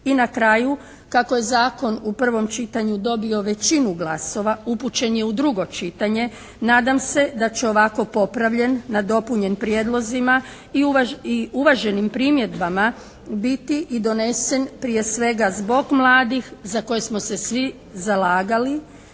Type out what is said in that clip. I na kraju kako je Zakon u prvom čitanju dobio većinu glasova upućen je u drugo čitanje. Nadam se da će ovako popravljen, nadopunjen prijedlozima i uvaženim primjedbama biti i donesen prije svega zbog mladih za koje smo se svi zalagali